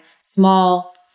small